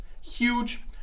huge